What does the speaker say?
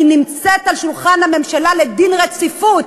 היא נמצאת על שולחן הממשלה לדין רציפות.